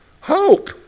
Hope